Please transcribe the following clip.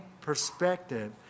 perspective